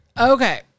Okay